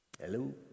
Hello